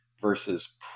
versus